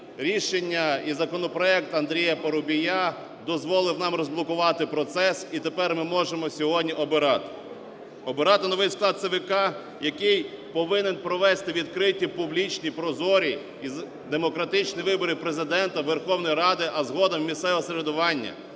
рішення, і законопроект Андрія Парубія дозволив нам розблокувати процес, і тепер ми можемо сьогодні обирати, обирати новий склад ЦВК, який повинен провести відкриті, публічні, прозорі і демократичні вибори Президента, Верховної Ради, а згодом – місцеве самоврядування.